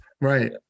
right